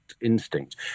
instinct